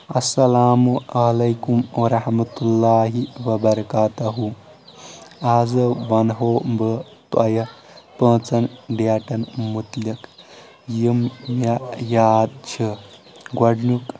السلام علیکم ورحمتہ اللہ وبرکاتہُ آزٕ ونہو بہٕ تۄہہ پانٛژن ڈیٹن متعلِق یِم مےٚ یاد چھِ گۄڈنیُک